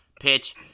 pitch